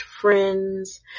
friends